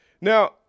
Now